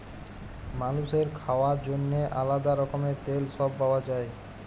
মালুসের খাওয়ার জন্যেহে আলাদা রকমের তেল সব পাওয়া যায়